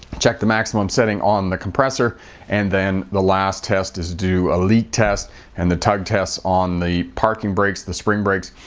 check the maximum setting on the compressor and then the last test is do a leak test and the tug test on the parking brake the spring brake.